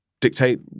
dictate